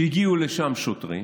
כשהגיעו לשם שוטרים